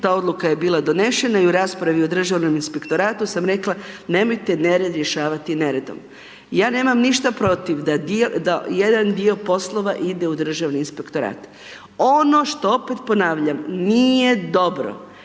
ta odluka je bila donesena i u raspravi o Državnom inspektoratu sam rekla nemojte nered rješavati neredom. I ja nemam ništa protiv da jedan dio poslova ide u državni inspektorat. Ono što opet ponavljam nije dobro